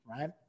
right